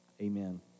amen